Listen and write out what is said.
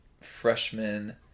freshman